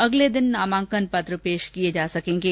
अगले दिन नामंकन पत्र पेश किये जा सकेंगे